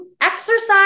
exercise